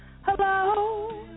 hello